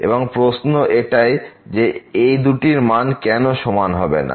এবং প্রশ্ন এটাই যে এ দুটির মান কেন সমান হবে না